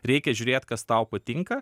reikia žiūrėt kas tau patinka